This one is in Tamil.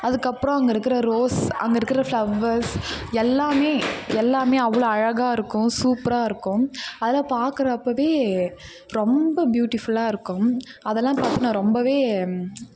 அதுக்கப்புறம் அங்கே இருக்கிற ரோஸ் அங்கே இருக்கிற ஃப்ளவ்வர்ஸ் எல்லாம் எல்லாம் அவ்வளோ அழகாக இருக்கும் சூப்பராக இருக்கும் அதை பார்க்கற அப்பவே ரொம்ப பியூட்டிஃபுல்லாக இருக்கும் அதெல்லாம் பார்த்து நான் ரொம்ப